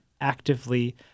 actively